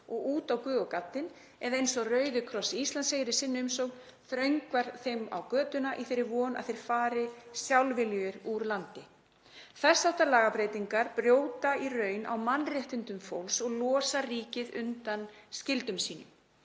og út á guð og gaddinn, eða eins og Rauði krossinn á Íslandi segir í sinni umsögn, „þröngvar þeim á götuna í þeirri von að þeir fari sjálfviljugir úr landi.“ Þess háttar lagabreytingar brjóta í raun á mannréttindum fólks og losa ríkið undan skyldum sínum.